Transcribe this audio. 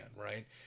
right